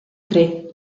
tre